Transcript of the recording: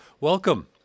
Welcome